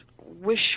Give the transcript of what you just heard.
wish